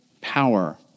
power